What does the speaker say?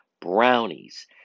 brownies